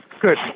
Good